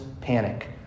panic